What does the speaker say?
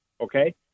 okay